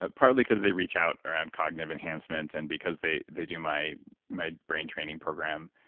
ah partly cause they reach out around cognitive enhancement and because they they do my my brain training program,